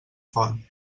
font